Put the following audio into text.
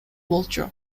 болчу